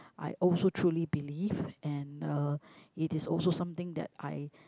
I also truly believe and uh it is also something that I